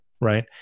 right